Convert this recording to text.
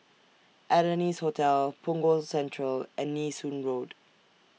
Adonis Hotel Punggol Central and Nee Soon Road